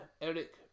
Eric